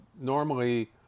normally –